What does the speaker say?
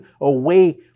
away